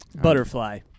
butterfly